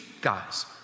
guys